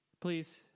please